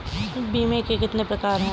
बीमे के कितने प्रकार हैं?